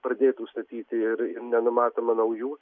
pradėtų statyti ir nenumatoma naujų